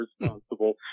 responsible